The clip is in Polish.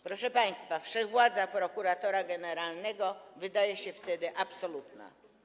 Proszę państwa, wszechwładza prokuratora generalnego wydaje się wtedy absolutna.